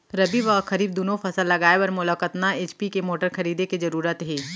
रबि व खरीफ दुनो फसल लगाए बर मोला कतना एच.पी के मोटर खरीदे के जरूरत हे?